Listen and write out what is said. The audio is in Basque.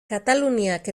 kataluniak